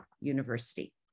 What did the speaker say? University